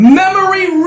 memory